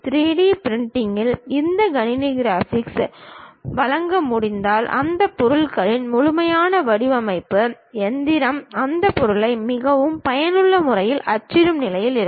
3 D பிரிண்டிங்கில் இந்த கணினி கிராபிக்ஸ் வழங்க முடிந்தால் அந்த பொருளின் முழுமையான வடிவமைப்பு இயந்திரம் அந்த பொருளை மிகவும் பயனுள்ள முறையில் அச்சிடும் நிலையில் இருக்கும்